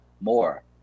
more